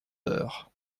heures